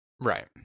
Right